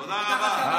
תקשיבו.